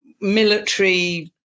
military